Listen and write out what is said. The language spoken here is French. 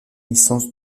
licence